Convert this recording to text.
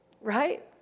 Right